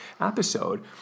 episode